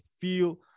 feel